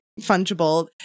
fungible